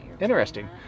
interesting